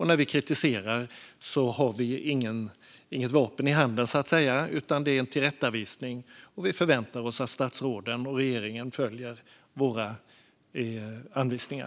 När vi kritiserar har vi så att säga inget vapen i händerna, utan det handlar om en tillrättavisning, och vi förväntar oss att statsråden och regeringen följer våra anvisningar.